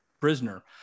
prisoner